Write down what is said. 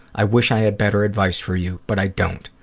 i wish i had better advice for you, but i don't.